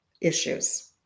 issues